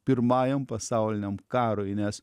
pirmajam pasauliniam karui nes